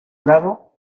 grado